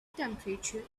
temperature